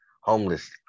homeless